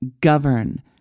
govern